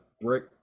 brick